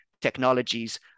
technologies